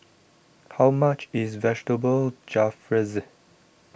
how much is Vegetable Jalfrezi